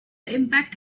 impact